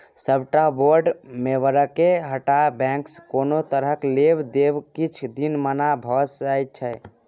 सबटा बोर्ड मेंबरके हटा बैंकसँ कोनो तरहक लेब देब किछ दिन मना भए जाइ छै